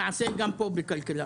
נעשה גם פה ובכלכלה.